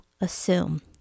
assume